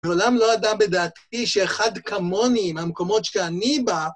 מעולם לא עלה בדעתי שאחד כמוני מהמקומות שאני בא